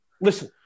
Listen